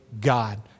God